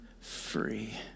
free